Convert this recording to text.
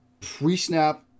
pre-snap